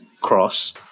cross